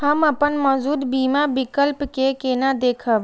हम अपन मौजूद बीमा विकल्प के केना देखब?